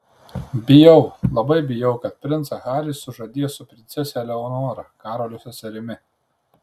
bijau labai bijau kad princą harį sužadės su princese eleonora karolio seserimi